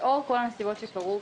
לאור כל הנסיבות שקרו,